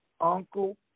Uncle